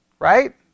Right